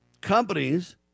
companies